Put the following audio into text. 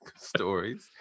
stories